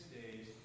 days